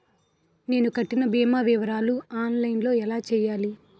నేను కట్టిన భీమా వివరాలు ఆన్ లైన్ లో ఎలా చూడాలి?